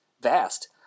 Vast